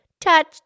touch